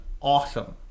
awesome